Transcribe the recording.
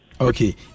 Okay